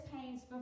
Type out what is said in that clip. pains